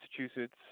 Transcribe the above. Massachusetts